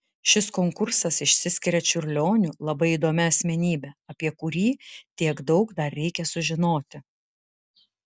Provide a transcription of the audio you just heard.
šis konkursas išsiskiria čiurlioniu labai įdomia asmenybe apie kurį tiek daug dar reikia sužinoti